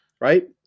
Right